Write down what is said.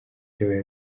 cyabaye